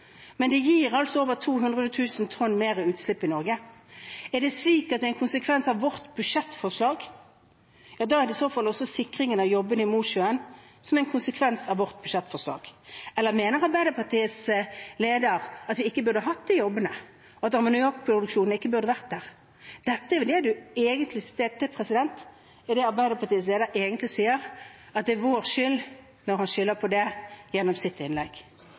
men det gir altså over 200 000 tonn mer utslipp i Norge. Er det slik at det er en konsekvens av vårt budsjettforslag? Ja, da er i så fall også sikringen av jobbene i Mosjøen en konsekvens av vårt budsjettforslag. Eller mener Arbeiderpartiets leder at vi ikke burde hatt disse jobbene, at ammoniakkproduksjonen ikke burde vært der? Det er dette Arbeiderpartiets leder egentlig sier, at det er vår skyld, når han skylder på det i sitt innlegg.